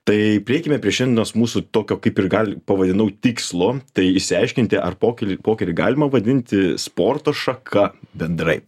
tai prieikime prie šiandienos mūsų tokio kaip ir gal pavadinau tikslo tai išsiaiškinti ar pokylį pokerį galima vadinti sporto šaka bendrai